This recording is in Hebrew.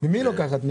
ממי היא לוקחת?